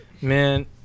man